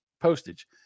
postage